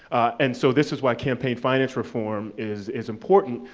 and so this is why campaign finance reform is is important,